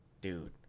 Dude